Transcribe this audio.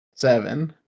Seven